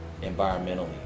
environmentally